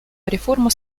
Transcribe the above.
реформа